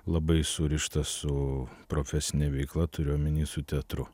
labai surištas su profesine veikla turiu omeny su teatru